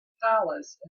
palace